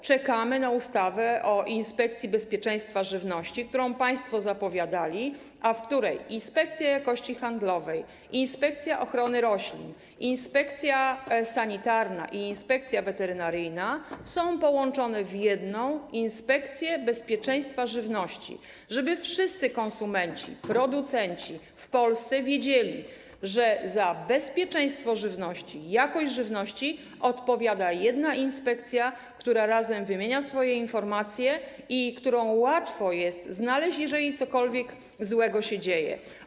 Czekamy na ustawę o inspekcji bezpieczeństwa żywności, którą państwo zapowiadali, a w której inspekcja jakości handlowej, inspekcja ochrony roślin, inspekcja sanitarna i Inspekcja Weterynaryjna są połączone w jedną inspekcję bezpieczeństwa żywności, tak żeby wszyscy konsumenci i producenci w Polsce wiedzieli, że za bezpieczeństwo żywności i jakość żywności odpowiada jedna inspekcja, która wymienia między sobą swoje informacje i którą łatwo jest znaleźć, jeżeli cokolwiek złego się dzieje.